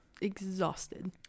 exhausted